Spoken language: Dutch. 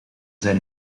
zijn